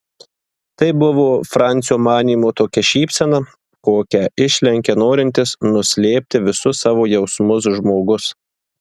tai buvo francio manymu tokia šypsena kokią išlenkia norintis nuslėpti visus savo jausmus žmogus